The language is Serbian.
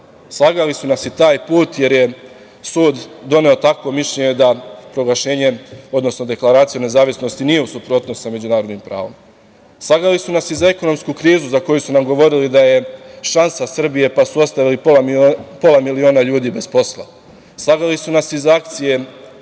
nas. Slagali su nas i taj put, jer je sud doneo takvo mišljenje da proglašenje, odnosno deklaracija o nezavisnosti nije u suprotnosti sa međunarodnim pravom. Slagali su nas i za ekonomsku krizu za koju su nam govorili da je šansa Srbije, pa su ostavili pola miliona ljudi bez posla. Slagali su nas i za akcije